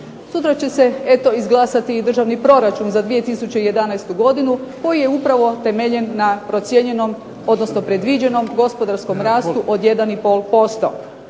Sutra će se eto izglasati i državni proračun za 2011. godinu, koji je upravo temeljen na procijenjenom, odnosno predviđenom gospodarskom rastu od 1